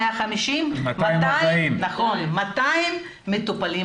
240,000 מטופלים